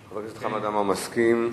חבר הכנסת חמד עמאר, מסכים.